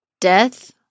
death